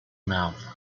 mouth